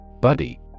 Buddy